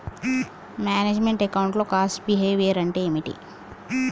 Manage meant account లో cost behaviour అంటే ఏమిటి?